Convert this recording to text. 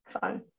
Fun